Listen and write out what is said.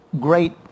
great